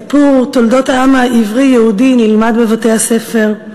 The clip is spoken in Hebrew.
סיפור תולדות העם העברי-יהודי נלמד בבתי-הספר,